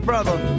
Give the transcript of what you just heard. Brother